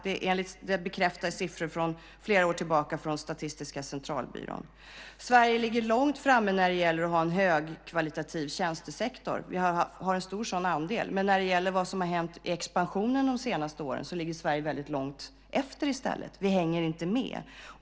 Det är bekräftade siffror sedan flera år tillbaka från Statistiska Centralbyrån. Sverige ligger långt framme när det gäller att ha en högkvalitativ tjänstesektor. Vi har en stor sådan andel, men när det gäller vad som har hänt i expansionen de senaste åren ligger Sverige väldigt långt efter i stället. Vi hänger inte med.